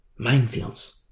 Minefields